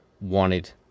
wanted